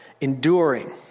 enduring